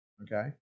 okay